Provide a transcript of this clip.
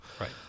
Right